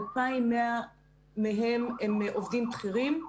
2,100 מהם הם עובדים בכירים.